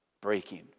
breaking